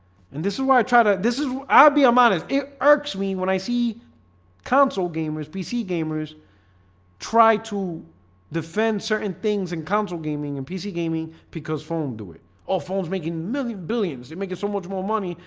and this is why i try to this is i'll be a modest. it irks me when i see console gamers pc gamers try to defend certain things and console gaming and pc gaming because phone do it all phones making millions billions they make it so much more money.